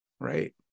Right